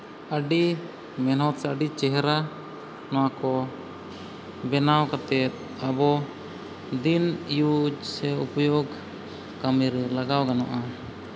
ᱟᱹᱰᱤ ᱢᱮᱦᱱᱚᱛ ᱥᱮ ᱟᱹᱰᱤ ᱪᱮᱦᱨᱟ ᱱᱚᱣᱟ ᱠᱚ ᱵᱮᱱᱟᱣ ᱠᱟᱛᱮᱫ ᱟᱵᱚ ᱫᱤᱱ ᱤᱭᱩᱡᱽ ᱥᱮ ᱩᱯᱚᱭᱳᱜᱽ ᱠᱟᱹᱢᱤᱨᱮ ᱞᱟᱜᱟᱣ ᱜᱟᱱᱚᱜᱼᱟ